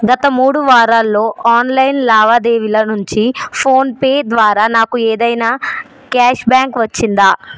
గత మూడు వారాల్లో ఆన్లైన్ లావాదేవీల నుంచి ఫోన్ పే ద్వారా నాకు ఏదైనా క్యాష్ బ్యాంక్ వచ్చిందా